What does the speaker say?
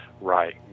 Right